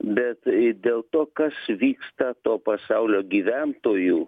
bet i dėl to kas vyksta to pasaulio gyventojų